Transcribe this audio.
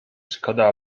szkoda